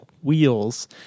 wheels